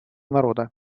народа